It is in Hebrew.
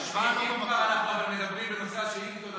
אם כבר אנחנו מדברים בנושאי השאילתות,